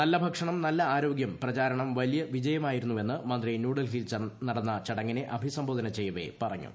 നല്ല ഭക്ഷണം നല്ല ആരോഗ്യം പ്രചാരണം വലിയ വിജയമായിരുന്നുവെന്ന് മന്ത്രിച്ച് ന്യൂഡൽഹിയിൽ നടന്ന ചടങ്ങിനെ അഭിസംബോധന ചെയ്യവെ പ്രറ്റഞ്ഞു